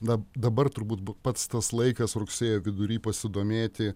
na dabar turbūt b pats tas laikas rugsėjo vidury pasidomėti